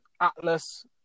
Atlas